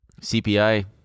CPI